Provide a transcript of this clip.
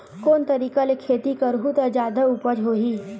कोन तरीका ले खेती करहु त जादा उपज होही?